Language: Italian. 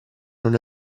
non